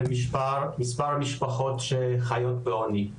ומספר המשפחות שחיות בעוני.